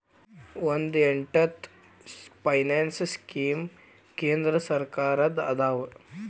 ಒಂದ್ ಎಂಟತ್ತು finance scheme ಕೇಂದ್ರ ಸರ್ಕಾರದ್ದ ಅದಾವ